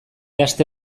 aste